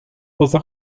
poza